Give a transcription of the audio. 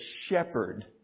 shepherd